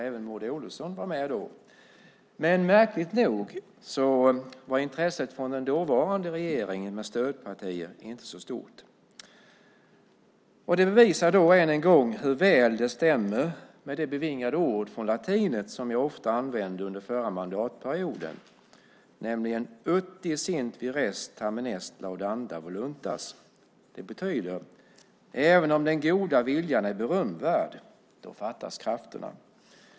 Även Maud Olofsson var med då. Men märkligt nog var intresset från den dåvarande regeringen med stödpartier inte så stort. Det visar än en gång hur väl det stämmer med det bevingade ord från latinet som jag ofta använde under förra mandatperioden: Ut desint vires tamen est laudanda voluntas. Det betyder: Även om den goda viljan är berömvärd fattas krafterna.